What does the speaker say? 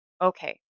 Okay